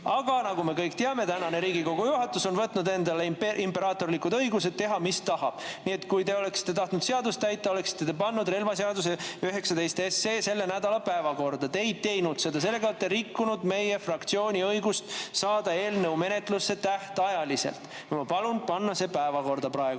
Aga nagu me kõik teame, Riigikogu praegune juhatus on võtnud endale imperaatorlikud õigused teha, mis tahab. Nii et kui te oleksite tahtnud seadust täita, oleksite te pannud relvaseaduse [eelnõu] 19 selle nädala päevakorda. Te ei teinud seda. Sellega te olete rikkunud meie fraktsiooni õigust saada eelnõu menetlusse tähtajaliselt. Ma palun panna see päevakorda praegu.